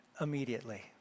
immediately